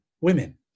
Women